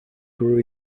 grew